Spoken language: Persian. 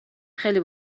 خیلی